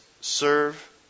serve